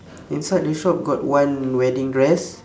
inside the shop got one wedding dress